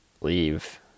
leave